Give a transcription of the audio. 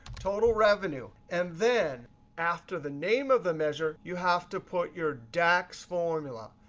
total revenue. and then after the name of the measure, you have to put your dax formula.